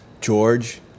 George